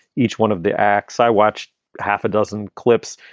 each one of the acts i watched half a dozen clips.